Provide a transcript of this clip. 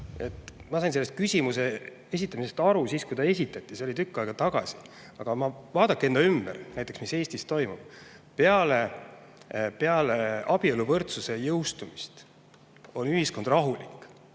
ma sain selle küsimuse esitamisest aru siis, kui see esitati, see oli tükk aega tagasi, aga vaadake enda ümber, mis Eestis toimub. Peale abieluvõrdsuse jõustumist on ühiskond rahulik.